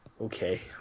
Okay